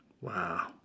Wow